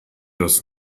das